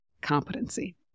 competency